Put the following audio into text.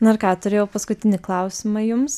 nu ir ką turiu jau paskutinį klausimą jums